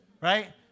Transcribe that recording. right